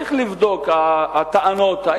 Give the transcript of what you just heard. צריך לבדוק את הטענות,